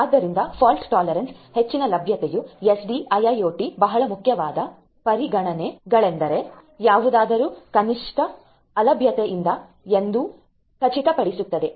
ಆದ್ದರಿಂದ fault tolerance ಹೆಚ್ಚಿನ ಲಭ್ಯತೆಯು ಎಸ್ಡಿಐಐಒಟಿಯ ಬಹಳ ಮುಖ್ಯವಾದ ಪರಿಗಣನೆಗಳೆಂದರೆ ಯಾವುದಾದರೂ ಕನಿಷ್ಠ ಅಲಭ್ಯತೆಯಿದೆ ಎಂದು ಖಚಿತಪಡಿಸುತ್ತದೆ